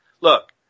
Look